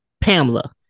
Pamela